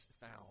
found